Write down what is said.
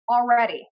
already